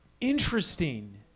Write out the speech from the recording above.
interesting